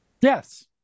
Yes